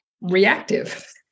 reactive